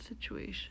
situation